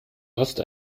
hast